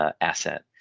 asset